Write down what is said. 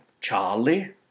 Charlie